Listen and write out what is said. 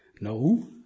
No